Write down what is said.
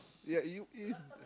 ya you it's